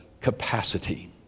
capacity